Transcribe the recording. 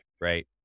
right